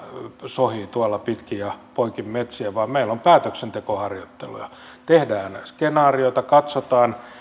sohivat tuolla pitkin ja poikin metsiä vaan meillä on päätöksentekoharjoittelua tehdään skenaarioita katsotaan